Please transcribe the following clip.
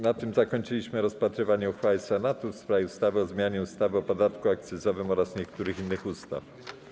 Na tym zakończyliśmy rozpatrywanie uchwały Senatu w sprawie ustawy o zmianie ustawy o podatku akcyzowym oraz niektórych innych ustaw.